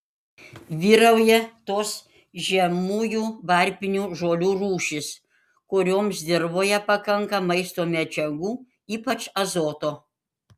vyrauja tos žemųjų varpinių žolių rūšys kurioms dirvoje pakanka maisto medžiagų ypač azoto